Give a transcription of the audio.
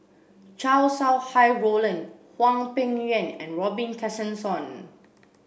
Chow Sau Hai Roland Hwang Peng Yuan and Robin Tessensohn